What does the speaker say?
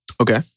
Okay